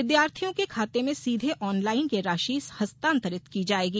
विद्यार्थियों के खाते में सीघे ऑनलाइन ये राशि हस्तांतरित की जायेगी